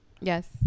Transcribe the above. yes